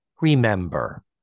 remember